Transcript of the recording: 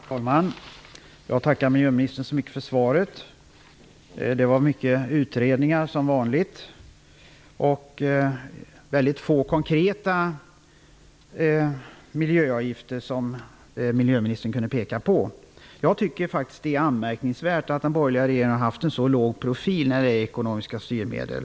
Fru talman! Jag tackar miljöministern för svaret. Det var som vanligt många utredningar men få konkreta miljöavgifter som miljöministern kunde peka på. Jag tycker faktiskt att det är anmärkningsvärt att den borgerliga regeringen har haft en så låg profil angående ekonomiska styrmedel.